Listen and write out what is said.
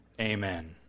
Amen